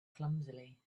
clumsily